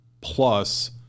plus